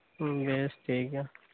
ᱵᱮᱥ ᱴᱷᱤᱠ ᱜᱮᱭᱟ